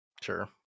sure